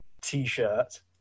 T-shirt